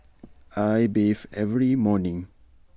I bathe every morning